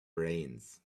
brains